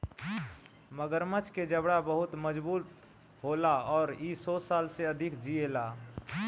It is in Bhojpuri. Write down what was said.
मगरमच्छ के जबड़ा बहुते मजबूत होला अउरी इ सौ साल से अधिक जिएला